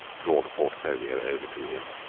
draw the portfolio over to him,